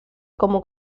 como